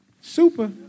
Super